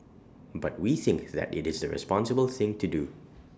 but we think that IT is the responsible thing to do